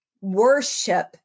worship